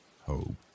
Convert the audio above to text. hope